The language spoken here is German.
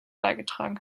beigetragen